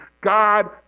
God